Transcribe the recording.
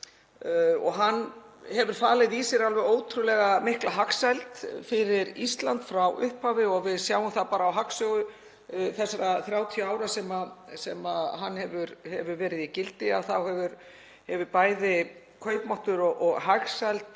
Hann hefur falið í sér alveg ótrúlega mikla hagsæld fyrir Ísland frá upphafi. Við sjáum það bara á hagsögu þessara 30 ára sem hann hefur verið í gildi að bæði kaupmáttur og hagsæld